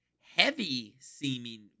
heavy-seeming